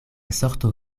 sorto